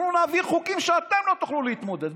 אנחנו נעביר פה חוקים שאתם לא תוכלו להתמודד.